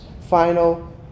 final